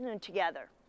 together